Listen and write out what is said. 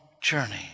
journey